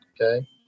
Okay